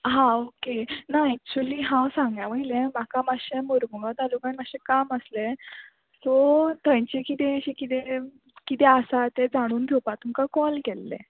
हां ओके ना एक्चुली हांव सांग्या वयलें म्हाका मातशें मुर्मुगांव तालुक्यान मातशें काम आसलें सो थंयचें किदें अशें किदें किदें आसा तें जाणून घेवपाक तुमकां कॉल केल्लें